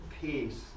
peace